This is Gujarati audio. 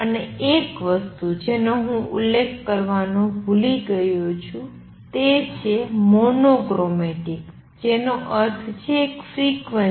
અને એક વસ્તુ જેનો હું ઉલ્લેખ કરવાનું ભૂલી ગયો છું તે છે મોનો ક્રોમેટિક જેનો અર્થ છે એક ફ્રિક્વન્સી